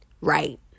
Right